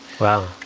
Wow